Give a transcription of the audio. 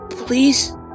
Please